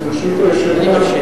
ברשות היושב-ראש.